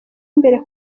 imbere